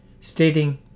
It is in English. stating